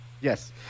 Yes